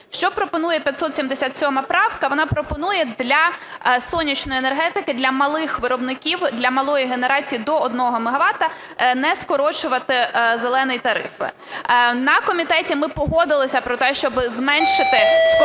Що пропонує 577 правка? Вона пропонує для сонячної енергетики, для малих виробників, для малої генерації до 1 мегавата не скорочувати "зелені" тарифи. На комітеті ми погодились про те, щоб зменшити скорочення